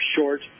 short